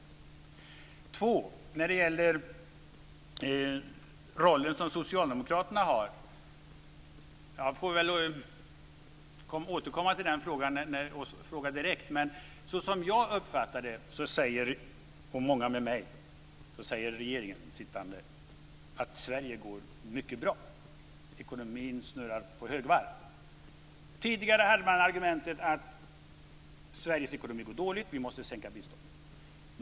När det för det andra gäller den roll som Socialdemokraterna har får jag väl lov att återkomma till den frågan, och fråga dem direkt. Men såsom jag uppfattar det - och många med mig - så säger den sittande regeringen att Sverige går mycket bra. Ekonomin snurrar på högvarv. Tidigare hade man argumentet att Sveriges ekonomi går dåligt och att vi därför måste sänka biståndet.